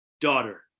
daughter